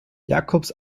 jacobs